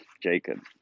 Jacob